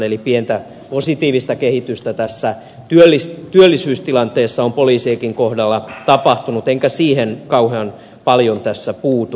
eli pientä positiivista kehitystä tässä työllisyystilanteessa on poliisienkin kohdalla tapahtunut enkä siihen kauhean paljon tässä puutu